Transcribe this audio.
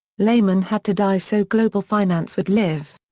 lehman had to die so global finance could live.